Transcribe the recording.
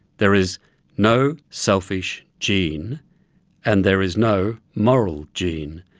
there is no selfish gene and there is no moral gene.